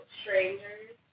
strangers